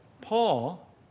Paul